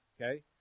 okay